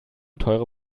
teure